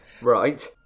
Right